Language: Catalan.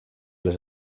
les